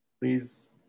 please